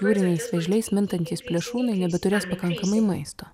jūriniais vėžliais mintantys plėšrūnai nebeturės pakankamai maisto